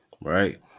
Right